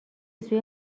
سوی